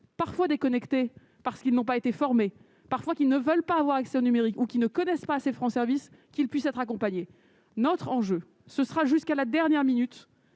parfois déconnectées parce qu'ils n'ont pas été formés parfois qui ne veulent pas avoir accès au numérique ou qui ne connaissent pas assez franc service qu'il puisse être accompagnés notre enjeu, ce sera jusqu'à la dernière minute